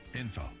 info